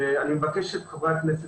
אני מבקש מחברי הכנסת,